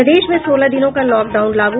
प्रदेश में सोलह दिनों का लॉकडाउन लागू